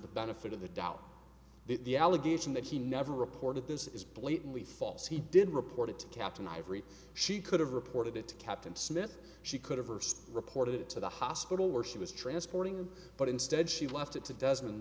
the benefit of the doubt the allegation that he never reported this is blatantly false he did report it to captain i've read she could have reported it to captain smith she could have first reported it to the hospital where she was transporting him but instead she left it to desmond